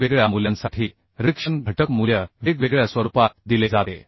च्या वेगवेगळ्या मूल्यांसाठी रिडक्शन घटक मूल्य वेगवेगळ्या स्वरूपात दिले जाते